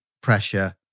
pressure